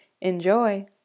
Enjoy